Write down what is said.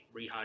rehydrate